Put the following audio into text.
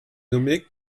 nommé